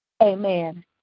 Amen